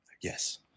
Yes